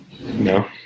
No